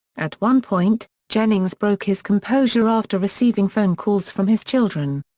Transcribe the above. at one point, jennings broke his composure after receiving phone calls from his children.